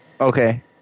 Okay